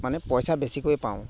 মানে পইচা বেছিকৈ পাওঁ